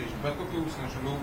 iš bet kokių užsienio šalių